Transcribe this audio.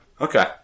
Okay